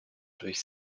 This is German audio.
durch